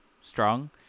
strong